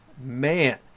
Man